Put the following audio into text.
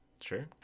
sure